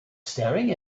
staring